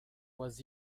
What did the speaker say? was